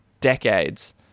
decades